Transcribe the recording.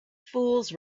fools